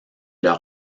leur